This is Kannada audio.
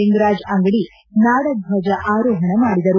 ಲಿಂಗರಾಜ ಅಂಗಡಿ ನಾಡದ್ವಜ ಆರೋಹಣ ಮಾಡಿದರು